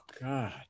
God